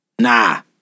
Nah